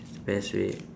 persuade